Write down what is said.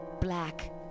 black